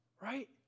Right